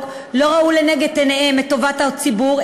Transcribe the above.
לא ראו לנגד עיניהם את טובת הציבור,